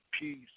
peace